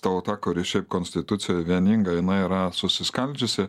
tauta kuri šiaip konstitucijoj vieninga jinai yra susiskaldžiusi